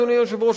אדוני היושב-ראש,